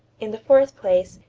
in the fourth place,